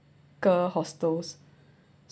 girl hostels